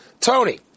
Tony